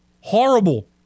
Horrible